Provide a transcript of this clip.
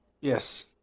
yes